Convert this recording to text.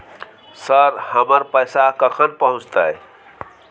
Sir, हमर पैसा कखन पहुंचतै?